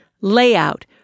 layout